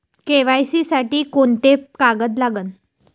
KYC साठी कोंते कागद लागन?